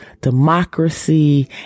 democracy